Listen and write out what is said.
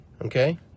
okay